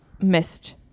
missed